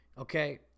Okay